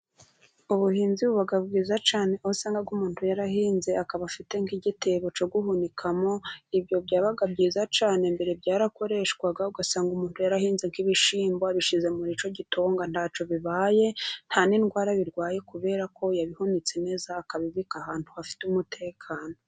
Ubuhinzi buba bwiza cyane, aho usanga umuntu yarahinze, akaba afite nk'igitebo cyo guhunikamo, ibyo byabaga byiza cyane mbere byarakoreshwaga, ugasanga umuntu yarahinze nk'ibishyimbo, abishize mu ricyo gitonga, ugasanga ntacyo bibaye, nta n'indwara birwaye, kubera ko yabihunitse neza, akabibika ahantu hafite umutekano.